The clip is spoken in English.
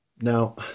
Now